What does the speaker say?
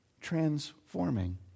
transforming